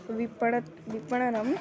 विपणत् विपणनम्